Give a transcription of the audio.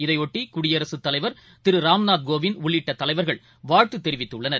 இதையொட்டி குடியரசுத் தலைவர் திருராம்நாத் கோவிந்த் உள்ளிட்டதலைவர்கள் வாழ்த்துதெரிவித்துள்ளனர்